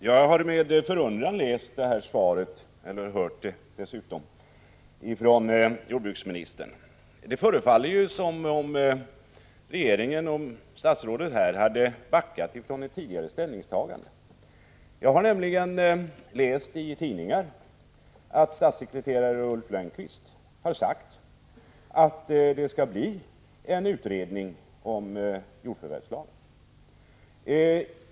Herr talman! Jag har med förundran tagit del av jordbruksministerns svar. Det förefaller som om regeringen och statsrådet har avvikit från ett tidigare ställningstagande. Jag har nämligen läst i tidningar att statssekreterare Ulf Lönnqvist har sagt att det skall bli en utredning om jordförvärvslagen.